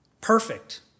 Perfect